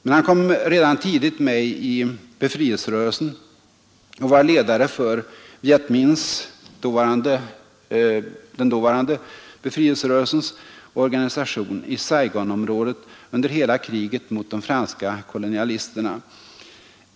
Men han kom redan tidigt med i befrielserörelsen och blev ledare för Viet Minhs, den dåvarande befrielserörelsens, organisation i Saigonområdet under hela kriget mot de franska kolonialisterna.